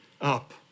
up